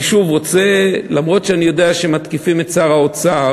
אני יודע שמתקיפים את שר האוצר,